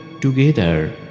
together